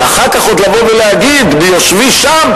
ואחר כך עוד לבוא ולהגיד: ביושבי שם,